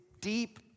deep